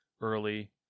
early